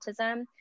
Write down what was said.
Autism